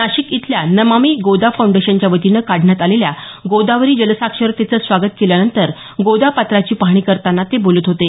नाशिक इथल्या नमामि गोदा फाउंडेशनच्या वतीने काढण्यात आलेल्या गोदावरी जलसाक्षरतेचं स्वागत केल्यानंतर गोदा पात्राची पाहणी करताना ते बोलत होते